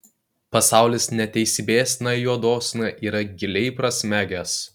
pasaulis neteisybėsna juodosna yra giliai prasmegęs